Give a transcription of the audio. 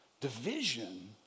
division